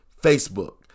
Facebook